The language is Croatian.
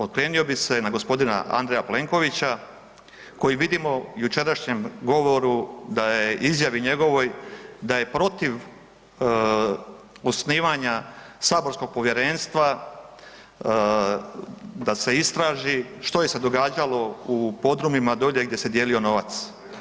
Okrenuo bih se na g. Andreja Plenkovića koji vidimo jučerašnjem govoru, da je izjavi njegovoj, da je protiv osnivanja saborskog povjerenstva da se istraži što je se događalo u podrumima dolje gdje se dijelio novac.